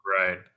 Right